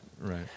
Right